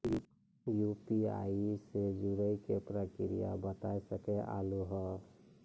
UPI से जुड़े के प्रक्रिया बता सके आलू है?